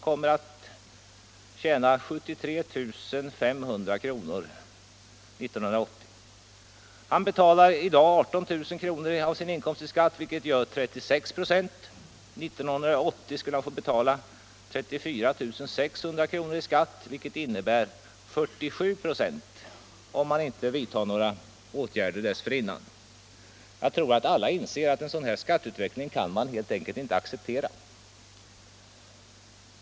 kommer att tjäna 73 500 kr. år 1980. Han betalar i dag 18000 kr. av sin inkomst i direkt skatt, vilket gör 36 96. År 1980 skulle han få betala 34 600 kr. i skatt eller 47 26, om man inte vidtar några åtgärder dessförinnan. Jag tror att alla inser att en sådan skatteutveckling inte kan accepteras.